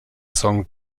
song